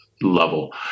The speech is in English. level